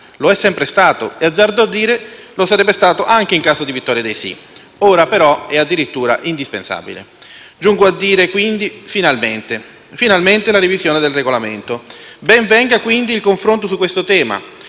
(lo è sempre stato e - azzardo a dire - lo sarebbe stato anche in caso di vittoria dei sì), ma - ora - addirittura indispensabile. Pertanto, giungo a dire: finalmente. Finalmente la revisione del Regolamento. Ben venga, quindi, il confronto su questo tema.